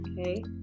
okay